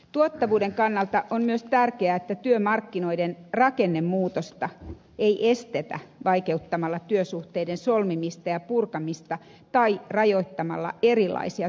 tuottavuuden kannalta on myös tärkeää että työmarkkinoiden rakennemuutosta ei estetä vaikeuttamalla työsuhteiden solmimista ja purkamista tai rajoittamalla erilaisia työsuhdemuotoja